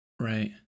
Right